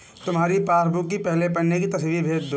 तुम्हारी पासबुक की पहले पन्ने की तस्वीर भेज दो